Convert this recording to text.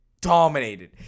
dominated